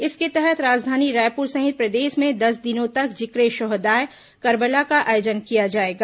इसके तहत राजधानी रायपुर सहित प्रदेश में दस दिनों तक जिक्रे शोहदाय करबला का आयोजन किया जाएगा